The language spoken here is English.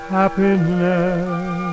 happiness